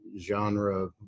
genre